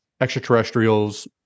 extraterrestrials